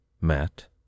Matt